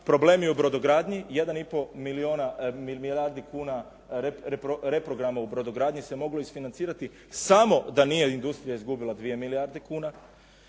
problem je u brodogradnji 1 i pol milijardi kuna reprograma u brodogradnji se moglo isfinancirati samo da nije industrija izgubila 2 milijarde kuna,